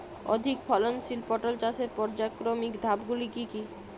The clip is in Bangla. অধিক ফলনশীল পটল চাষের পর্যায়ক্রমিক ধাপগুলি কি কি?